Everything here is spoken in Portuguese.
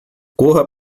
corra